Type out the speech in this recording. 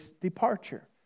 departure